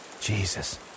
Jesus